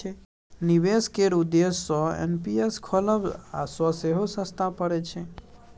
निबेश केर उद्देश्य सँ एन.पी.एस खोलब सँ सेहो सस्ता परय छै